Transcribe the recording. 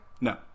No